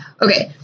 okay